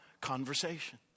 conversation